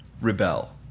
rebel